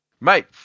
mate